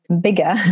bigger